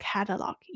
Catalog